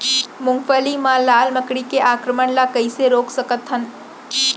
मूंगफली मा लाल मकड़ी के आक्रमण ला कइसे रोक सकत हन?